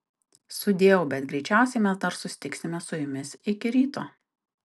sudieu bet greičiausiai mes dar susitiksime su jumis iki ryto